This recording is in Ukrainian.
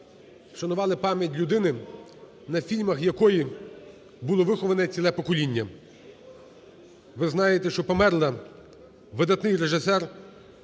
вшанували пам'ять людини на фільмах якої було виховане ціле покоління. Ви знаєте, що померла видатний режисер